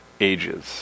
ages